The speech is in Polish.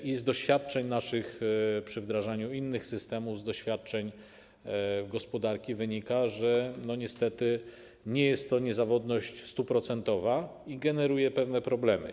Z naszych doświadczeń przy wdrażaniu innych systemów, z doświadczeń gospodarki wynika, że niestety nie jest to niezawodność 100-procentowa i generuje pewne problemy.